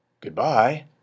Goodbye